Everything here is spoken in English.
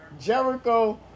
Jericho